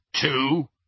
two